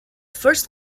first